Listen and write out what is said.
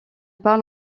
parle